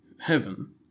heaven